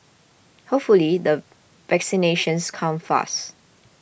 hopefully the vaccinations come fast